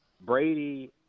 Brady